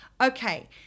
okay